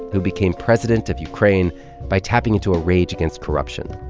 who became president of ukraine by tapping into a rage against corruption.